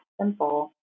simple